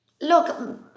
Look